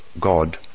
God